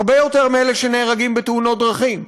הרבה יותר ממספר האנשים שנהרגים בתאונות דרכים,